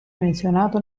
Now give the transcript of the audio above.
menzionato